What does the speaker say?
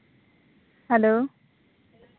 hello